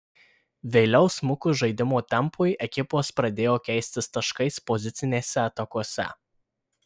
vėliau smukus žaidimo tempui ekipos pradėjo keistis taškais pozicinėse atakose